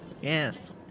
Yes